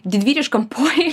didvyriškam poelgiui